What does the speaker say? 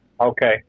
Okay